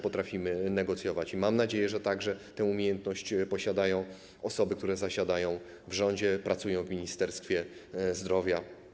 Potrafimy negocjować i mam nadzieję, że tę umiejętność posiadają także osoby, które zasiadają w rządzie, pracują w Ministerstwie Zdrowia.